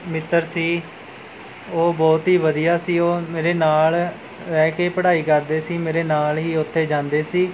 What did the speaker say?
ਮਿੱਤਰ ਸੀ ਉਹ ਬਹੁਤ ਹੀ ਵਧੀਆ ਸੀ ਉਹ ਮੇਰੇ ਨਾਲ਼ ਰਹਿ ਕੇ ਪੜ੍ਹਾਈ ਕਰਦੇ ਸੀ ਮੇਰੇ ਨਾਲ਼ ਹੀ ਉੱਥੇ ਜਾਂਦੇ ਸੀ